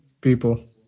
people